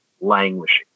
languishing